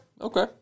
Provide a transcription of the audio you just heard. okay